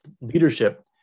leadership